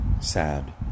sad